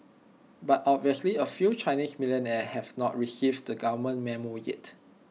but obviously A few Chinese millionaires have not received the government Memo yet